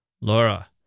Laura